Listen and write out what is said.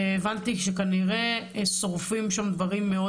והבנתי שכנראה שורפים שם דברים מאוד